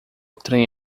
trem